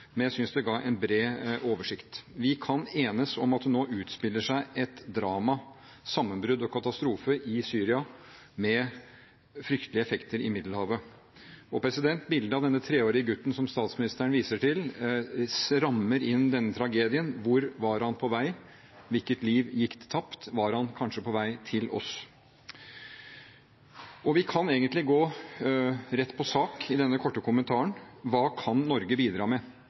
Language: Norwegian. men jeg synes det ga en bred oversikt. Vi kan enes om at det nå utspiller seg et drama, sammenbrudd og katastrofe, i Syria, med fryktelige effekter i Middelhavet. Bildet av denne treårige gutten som statsministeren viser til, rammer inn denne tragedien: Hvor var han på vei, hvilket liv gikk tapt, var han kanskje på vei til oss? Vi kan egentlig gå rett på sak i denne korte kommentaren. Hva kan Norge bidra med?